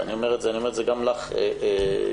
אני אומר את זה גם לך, יעל,